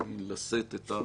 לאחר מכן נחזור לעבודה,